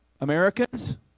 americans